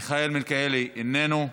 מיכאל מלכיאלי, איננו,